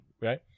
Right